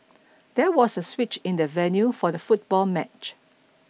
there was a switch in the venue for the football match